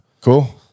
Cool